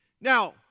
Now